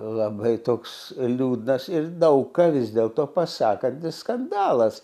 labai toks liūdnas ir daug ką vis dėlto pasakantis skandalas